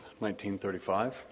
1935